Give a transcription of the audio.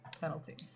penalty